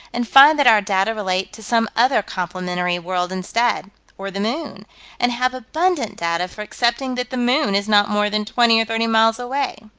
and find that our data relate to some other complementary world instead or the moon and have abundant data for accepting that the moon is not more than twenty or thirty miles away.